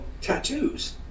tattoos